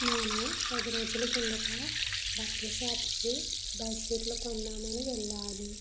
నేను పదిరోజుల క్రిందట బట్టల షాప్కి బెడ్ షీట్లు కొందామని వెళ్ళాను